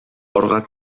orga